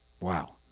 Wow